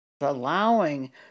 allowing